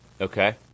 Okay